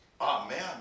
Amen